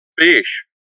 fish